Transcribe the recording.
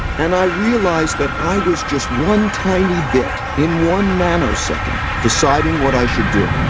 and i realized that i was just one tiny bit in one nanosecond, deciding what i should do.